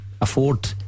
afford